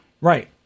right